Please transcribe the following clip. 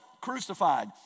crucified